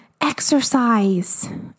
exercise